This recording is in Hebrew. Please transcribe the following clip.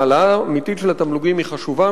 העלאה אמיתית של התמלוגים היא חשובה,